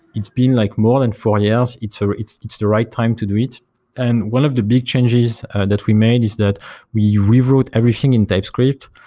it's been like more than four years. it's ah it's the right time to do it. and one of the big changes that we made is that we rewrote everything in typescript.